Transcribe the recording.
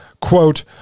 quote